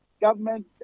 government